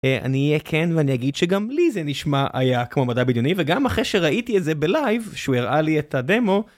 אני אהיה כן, ואני אגיד שגם לי זה נשמע היה כמו מדע בדיוני וגם אחרי שראיתי את זה בלייב שהוא הראה לי את הדמו.